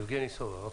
יבגני סובה, בבקשה.